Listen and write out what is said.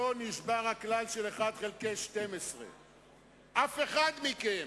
לא נשבר הכלל של 1 חלקי 12. אף אחד מכם